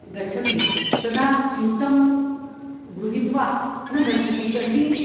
गच्छामि तदा स्यूतं गृहीत्वा न गच्छामि तर्हि